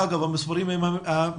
אגב, המספרים הם המינימום.